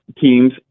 teams